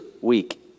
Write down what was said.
week